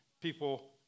people